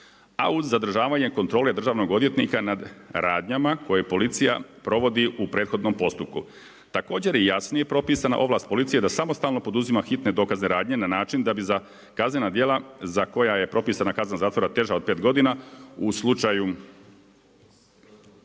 a uz zadržavanje kontrole Državnog odvjetnika nad radnjama koje policija provodi u prethodnom postupku. Također je jasnije propisana ovlast policije, da samostalno poduzima hitne dokaze radnje, na način da bi za kaznena dijela, za koja je propisana kazna zatvora, teža od 5 godina u slučaju